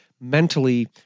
mentally